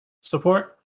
support